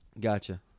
gotcha